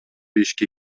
ишке